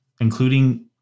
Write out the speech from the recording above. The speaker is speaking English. including